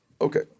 Okay